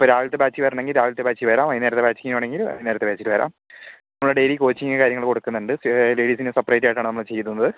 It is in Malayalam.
ഇപ്പോൾ രാവിൽത്തെ ബാച്ചിൽ വരുവാണെങ്കിൽ രാവിൽത്തെ ബാച്ചിൽ വരാം വൈകുന്നേരത്തെ ബാച്ചിന് വേണമെങ്കിൽ വൈകുന്നേരത്തെ ബാച്ചില് വരാം നമ്മള് ഡെയിലി കോച്ചിങ്ങ് കാര്യങ്ങള് കൊടുക്കുന്നുണ്ട് ലേഡീസിന് സപ്പറേറ്റ് ആയിട്ടാണ് നമ്മള് ചെയ്യുന്നത്